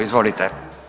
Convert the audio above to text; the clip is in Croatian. Izvolite.